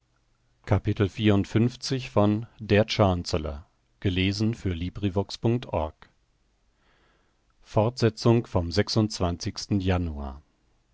fortsetzung vom januar